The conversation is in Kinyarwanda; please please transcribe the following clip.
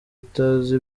itazi